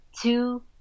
two